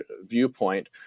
viewpoint